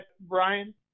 brian